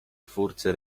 twórcy